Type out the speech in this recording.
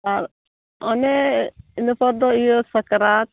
ᱟᱨ ᱚᱱᱮ ᱤᱱᱟᱹ ᱯᱚᱨ ᱫᱚ ᱤᱭᱟᱹ ᱥᱟᱠᱨᱟᱛ